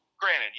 Granted